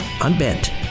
unbent